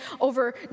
over